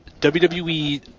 WWE